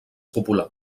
popular